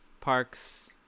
parks